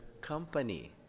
company